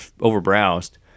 over-browsed